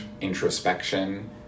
introspection